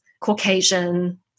Caucasian